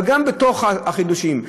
אבל גם בתוך החידושים,